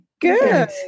Good